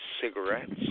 cigarettes